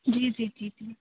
ਜੀ ਜੀ ਜੀ ਜੀ